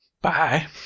Bye